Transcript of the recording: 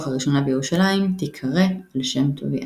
הראשונה בירושלים תיקרא על שם טוביאנסקי.